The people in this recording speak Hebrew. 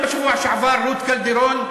גם בשבוע שעבר רות קלדרון,